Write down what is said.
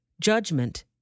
Judgment